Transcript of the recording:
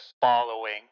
following